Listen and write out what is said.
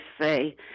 say